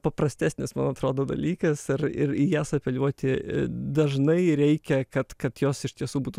paprastesnis man atrodo dalykas ar ir į jas apeliuoti dažnai reikia kad kad jos iš tiesų būtų